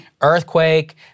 earthquake